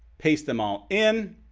paste them all in.